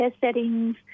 settings